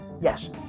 Yes